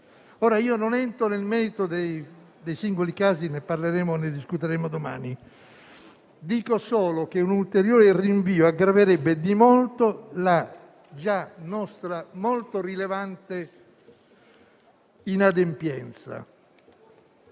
Ora, non entro nel merito dei singoli casi - ne discuteremo domani - ma dico solo che un ulteriore rinvio aggraverebbe di molto la nostra già molto rilevante inadempienza.